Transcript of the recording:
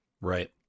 Right